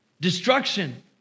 Destruction